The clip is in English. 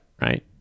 right